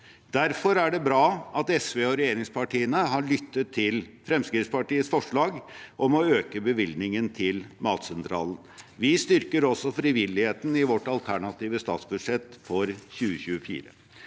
Derfor er det bra at SV og regjeringspartiene har lyttet til Fremskrittspartiets forslag om å øke bevilgningen til Matsentralen. Vi styrker også frivilligheten i vårt alternative statsbudsjett for 2024.